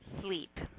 sleep